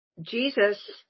jesus